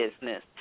business